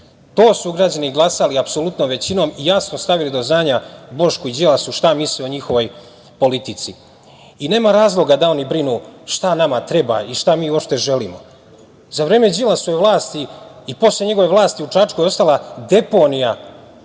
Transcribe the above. To su građani glasali apsolutnom većinom i jasno stavili do znanja Bošku i Đilasu šta misle o njihovoj politici. Nema razloga da oni brinu šta nama treba i šta mi uopšte želimo. Za vreme Đilasove vlasti i posle njegove vlasti u Čačku je ostala deponija